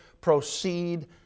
proceed